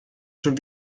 schon